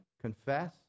Confess